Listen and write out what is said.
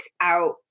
out